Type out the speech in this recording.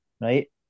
Right